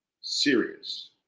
serious